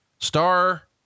Star